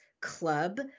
club